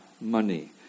money